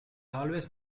always